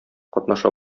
катнаша